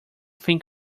think